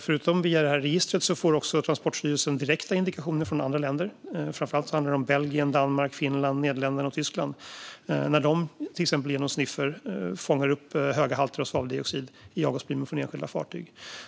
Förutom via detta register får Transportstyrelsen också direkta indikationer från andra länder - framför allt från Belgien, Danmark, Finland, Nederländerna och Tyskland - när de, till exempel genom en sniffer, fångar upp höga halter av svaveldioxid i avgasplymen från enskilda fartyg.